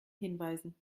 hinweisen